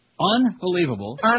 Unbelievable